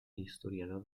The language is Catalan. historiador